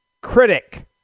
critic